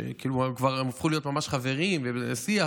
כשהם כבר הפכו להיות ממש חברים ובשיח,